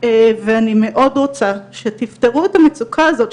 ואני מאוד רוצה שתפתרו את המצוקה הזאת,